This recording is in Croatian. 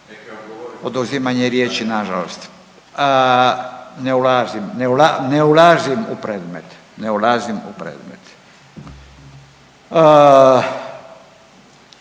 Oduzimanje riječi nažalost. Ne ulazim, ne ulazim u predmet,